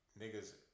niggas